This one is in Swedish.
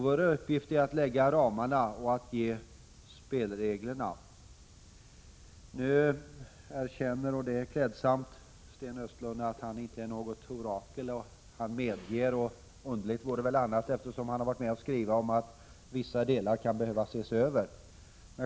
Vår uppgift är att lägga ramarna och att ge spelreglerna. Nu erkänner Sten Östlund — och det är klädsamt — att han inte är något orakel. Han medger också — och underligt vore väl annat, eftersom han har varit med på skrivningen — att vissa delar av lagen kan behöva ses över.